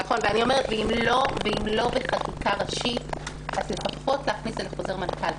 ואם לא בחקיקה ראשית אז לפחות להכניס את זה לחוזר מנכ"ל.